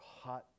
hot